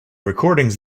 recordings